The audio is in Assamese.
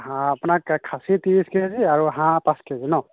আপোনাক খাচী ত্ৰিছ কেজি আৰু হাঁহ পাঁচ কেজি ন